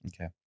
Okay